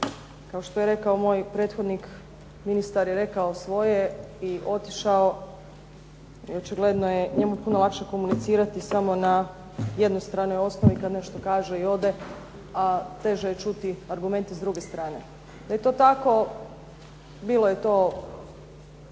kao što je rekao moj prethodnik, ministar je rekao svoje i otišao i očigledno je njemu puno lakše komunicirati samo na jednostranoj osnovi, kad nešto kaže i ode, a teže je čuti argumente s druge strane. Da je to tako, bilo je to